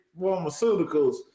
pharmaceuticals